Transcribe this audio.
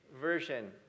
Version